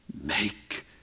make